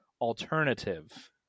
alternative